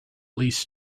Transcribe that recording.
least